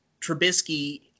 Trubisky